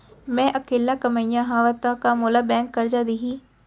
मैं अकेल्ला कमईया हव त का मोल बैंक करजा दिही?